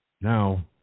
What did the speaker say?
now